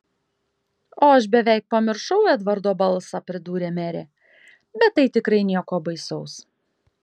o aš beveik pamiršau edvardo balsą pridūrė merė bet tai tikrai nieko baisaus